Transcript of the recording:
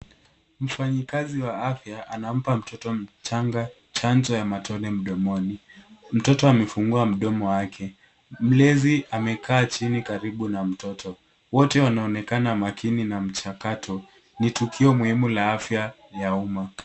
Mfanyikazi wa afya anampa mtoto mdogo chanjo ya matone mdomoni. Mtoto amefungua mdomo wake. Mlezi amekaa chini karibu na mtoto. Wote wanaonekana makini na mchakato. Ni tukio muhimu la afya ya umma.